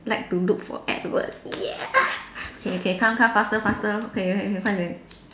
like to look for Edward yeah okay okay come come faster faster K K K 快点